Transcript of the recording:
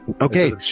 Okay